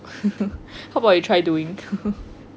how about you try doing